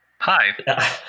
Hi